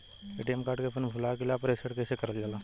ATM card के PIN भूला गइल बा रीसेट कईसे करल जाला?